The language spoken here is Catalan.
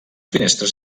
finestres